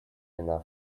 enough